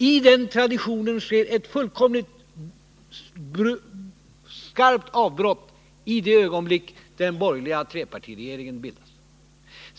I den traditionen skedde ett skarpt avbrott i det ögonblick då den borgerliga trepartiregeringen bildades.